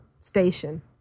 station